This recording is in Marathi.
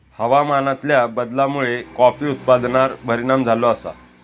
हवामानातल्या बदलामुळे कॉफी उत्पादनार परिणाम झालो आसा